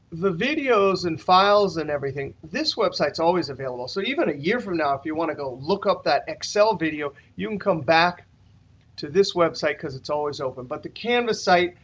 the videos and files and everything this website's always available. so even a year from now, if you want to go look up that excel video, you can come back to this website because it's always open. but the canvas site,